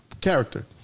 character